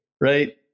Right